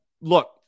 look